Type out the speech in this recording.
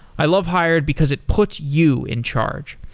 i love hired because it puts you in charge.